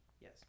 Yes